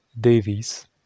Davies